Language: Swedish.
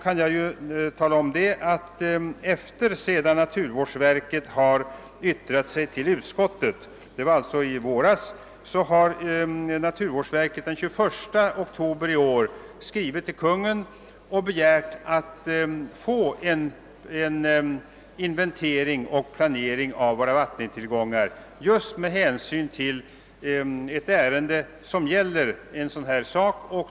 Men jag kan omtala att sedan naturvårdsverket har yttrat sig till utskottet — i våras alltså— har naturvårdsverket den 21 oktober i år skrivit till Kungl. Maj:t och begärt att få en inventering och planering av våra vattentillgångar just med hänsyn till ett ärende som gäller en sådan här sak.